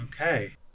Okay